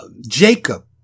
Jacob